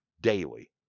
daily